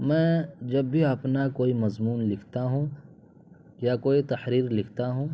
میں جب بھی اپنا کوئی مضمون لکھتا ہوں یا کوئی تحریر لکھتا ہوں